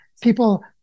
People